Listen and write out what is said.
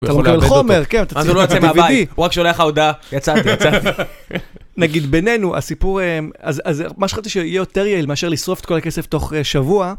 אתה מולכים לחומר, כן, אתה צריך לצאת מהבית, הוא רק שולח לך הודעה, יצאתי, יצאתי. נגיד, בינינו, הסיפור, אז מה שחשבתי שיהיה יותר יעיל מאשר לשרוף את כל הכסף תוך שבוע.